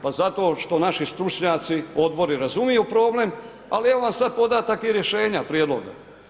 Pa zato što naši stručnjaci, odbori razumiju problem, ali evo vam sad podatak i rješenja prijedloga.